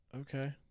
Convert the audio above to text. Okay